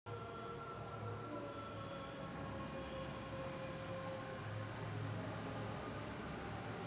पंतप्रधान किसान मानधन योजना ही अल्प आणि अल्पभूधारक शेतकऱ्यांसाठी आहे